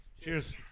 Cheers